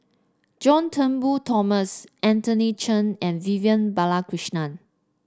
John Turnbull Thomson Anthony Chen and Vivian Balakrishnan